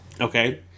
Okay